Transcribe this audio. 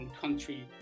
country